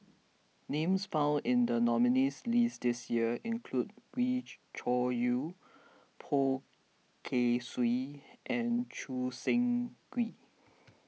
names found in the nominees' list this year include Wee Cho Yaw Poh Kay Swee and Choo Seng Quee